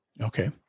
Okay